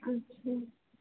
अच्छा